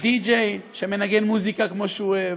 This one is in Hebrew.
הדיג'יי שמנגן מוזיקה כמו שהוא אוהב,